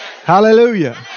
Hallelujah